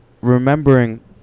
remembering